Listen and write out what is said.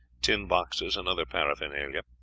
tin boxes, and other paraphernalia.